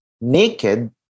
Naked